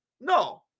No